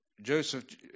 Joseph